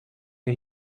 der